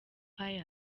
pius